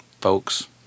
folks